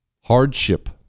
hardship